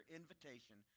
invitation